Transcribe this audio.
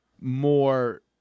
more